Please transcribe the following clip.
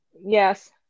Yes